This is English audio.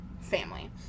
family